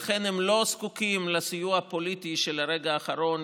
לכן הם לא זקוקים לסיוע פוליטי של הרגע האחרון,